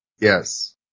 Yes